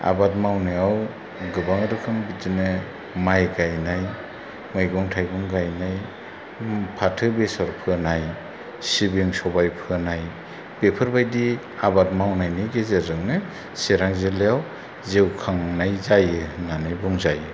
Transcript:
आबाद मावनायाव गोबां रोखोम बिदिनो माइ गायनाय मैगं थाइगं गायनाय फाथो बेसर फोनाय सिबिं सबाय फोनाय बेफोरबादि आबाद मावनायनि गेजेरजोंनो चिरां जिल्लायाव जिउ खांनाय जायो होन्नानै बुंजायो